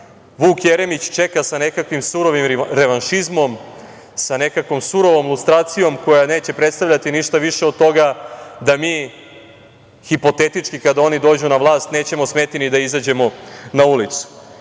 Vuk Jeremić čeka sa nekakvim surovim revanšizmom, sa nekakvom surovom lustracijom, koja neće prestavljati ništa više od toga da mi, hipotetički, kada oni dođu na vlast, nećemo smeti ni da izađemo na ulicu. Ovo